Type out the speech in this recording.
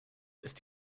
ist